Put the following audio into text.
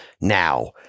now